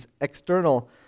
external